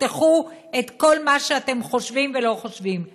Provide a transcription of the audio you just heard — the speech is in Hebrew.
תפתחו את כל מה שאתם חושבים ולא חושבים.